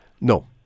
No